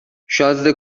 شازده